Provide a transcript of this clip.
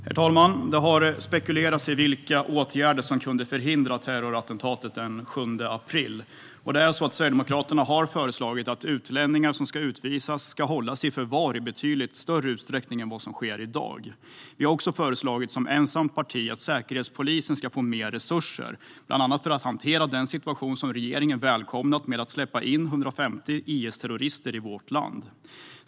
Herr talman! Det har spekulerats om vilka åtgärder som kunde ha förhindrat terrorattentatet den 7 april. Sverigedemokraterna har föreslagit att utlänningar som ska utvisas ska hållas i förvar i betydligt större utsträckning än vad som sker i dag. Vi har också som ensamt parti föreslagit att säkerhetspolisen ska få mer resurser, bland annat för att kunna hantera den situation som regeringen välkomnat genom att släppa in 150 IS-terrorister i vårt land.